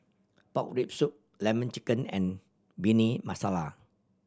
pork rib soup Lemon Chicken and Bhindi Masala